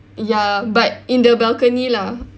ya but in the balcony lah